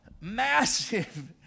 massive